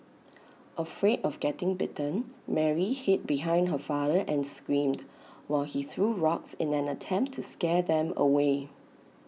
afraid of getting bitten Mary hid behind her father and screamed while he threw rocks in an attempt to scare them away